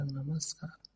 namaskar